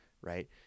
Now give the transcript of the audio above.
Right